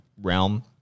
realm